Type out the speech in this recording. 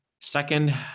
Second